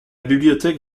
bibliothèque